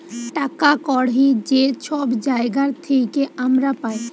টাকা কড়হি যে ছব জায়গার থ্যাইকে আমরা পাই